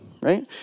right